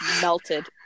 melted